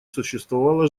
существовала